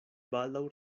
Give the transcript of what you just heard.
baldaŭ